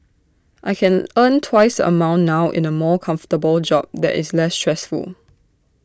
I can earn twice the amount now in A more comfortable job that is less stressful